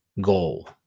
goal